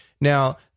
Now